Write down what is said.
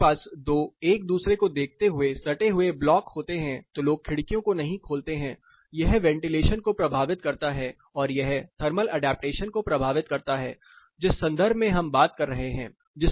जब आपके पास दो एक दूसरे को देखते हुए सटे हुए ब्लॉक होते हैं तो लोग खिड़कियों को नहीं खोलते हैं यह वेंटिलेशन को प्रभावित करता है और यह थर्मल ऐडप्टेशन को प्रभावित करता है जिस संदर्भ में हम बात कर रहे हैं